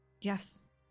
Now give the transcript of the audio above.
yes